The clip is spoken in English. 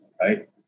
right